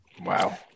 wow